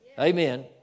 amen